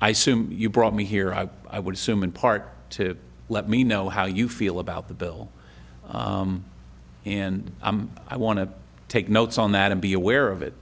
i simply you brought me here i i would assume in part to let me know how you feel about the bill and i want to take notes on that and be aware of it